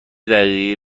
دقیقه